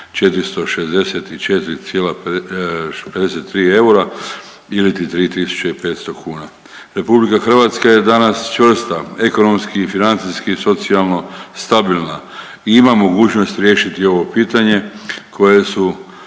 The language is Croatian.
464,53 eura iliti 3.500 kuna. RH je danas čvrsta ekonomski i financijski i socijalno stabilna i ima mogućnost riješiti ovo pitanje koje su